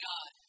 God